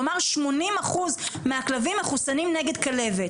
כלומר, 80 אחוז מהכלבים מחוסנים נגד כלבת.